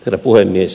herra puhemies